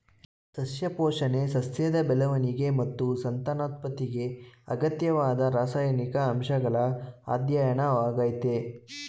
ಸಸ್ಯ ಪೋಷಣೆ ಸಸ್ಯದ ಬೆಳವಣಿಗೆ ಮತ್ತು ಸಂತಾನೋತ್ಪತ್ತಿಗೆ ಅಗತ್ಯವಾದ ರಾಸಾಯನಿಕ ಅಂಶಗಳ ಅಧ್ಯಯನವಾಗಯ್ತೆ